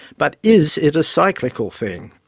but is it a cyclical thing?